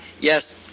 Yes